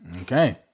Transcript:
Okay